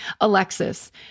Alexis